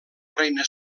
reina